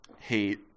hate